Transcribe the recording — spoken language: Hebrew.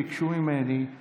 חודש הוא יודע על זה.